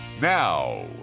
Now